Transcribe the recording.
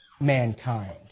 mankind